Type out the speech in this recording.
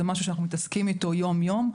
זה משהו שאנחנו מתעסקים איתו יום-יום.